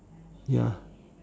ya